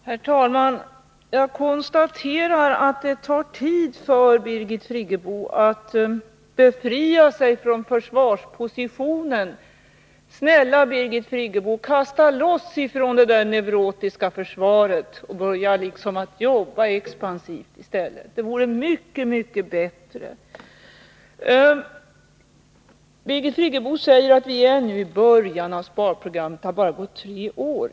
Herr talman! Jag konstaterar att det tar tid för Birgit Friggebo att befria sig från försvarspositionen. Snälla Birgit Friggebo, kasta loss från det där neurotiska försvaret och börja jobba expansivt i stället! Det vore mycket bättre. Birgit Friggebo säger att vi ännu är i början av sparprogrammet, att det bara har löpt under tre år.